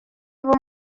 bimwe